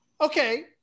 Okay